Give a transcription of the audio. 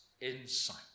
insight